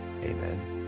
Amen